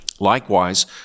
Likewise